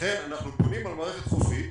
לכן אנחנו בונים על מערכת חופית,